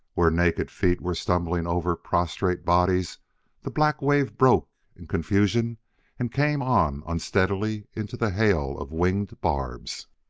where naked feet were stumbling over prostrate bodies the black wave broke in confusion and came on unsteadily into the hail of winged barbs.